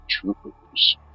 Troopers